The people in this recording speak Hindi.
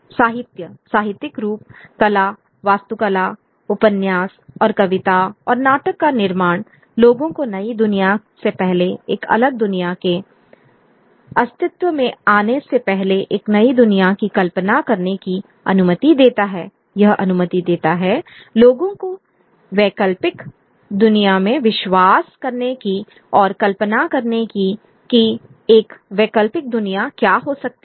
साहित्यसाहित्यिक रूप कला वास्तुकला उपन्यास और कविता और नाटक का निर्माण लोगों को नई दुनिया से पहले एक अलग दुनिया के अस्तित्व में आने से पहले एक नई दुनिया की कल्पना करने की अनुमति देता हैयह अनुमति देता है लोगों को वैकल्पिक दुनिया में विश्वास करने की या कल्पना करने की कि एक वैकल्पिक दुनिया क्या हो सकती है